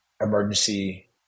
emergency